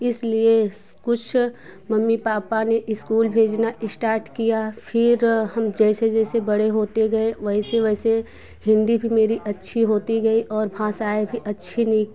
इसलिए कुछ mummy papa ने इस्कूल भेजना इश्टाट किया फिर हम जैसे जैसे बड़े होते गये वैसे वैसे हिंदी भी मेरी अच्छी होती गई और भाषाएं भी अच्छी